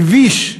מביש.